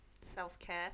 self-care